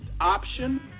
option